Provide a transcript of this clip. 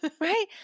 Right